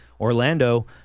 Orlando